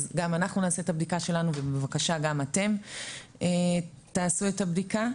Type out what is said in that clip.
אז גם אנחנו נעשה את הבדיקה שלנו ובבקשה גם אתם תעשו את הבדיקה.